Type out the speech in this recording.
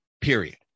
period